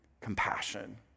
compassion